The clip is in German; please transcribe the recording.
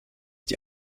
die